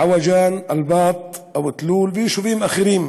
עוג'אן, אל-באט, אבו-תלול ויישובים אחרים.